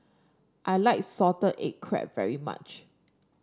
I like Salted Egg Crab very much